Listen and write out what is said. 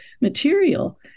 material